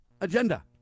agenda